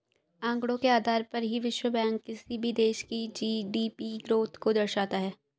आंकड़ों के आधार पर ही विश्व बैंक किसी भी देश की जी.डी.पी ग्रोथ को दर्शाता है